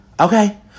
Okay